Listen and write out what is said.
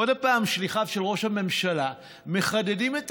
עוד פעם שליחיו של ראש הממשלה מחדדים את